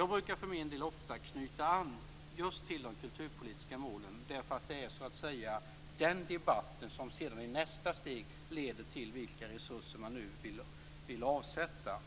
Jag brukar ofta knyta an till just de kulturpolitiska målen, därför att det är den debatten som i nästa steg leder fram till vilka resurser man vill avsätta.